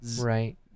Right